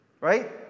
Right